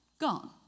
gone